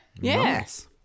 Yes